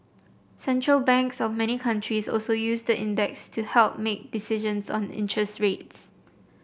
central banks of many countries also use the index to help make decisions on interest rates